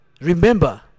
remember